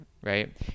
Right